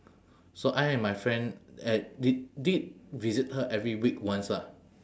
so I and my friend uh did did visit her every week once lah